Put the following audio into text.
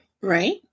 right